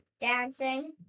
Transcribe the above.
Dancing